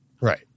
Right